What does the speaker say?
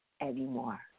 anymore